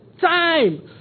Time